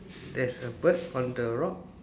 there's a bird on the rock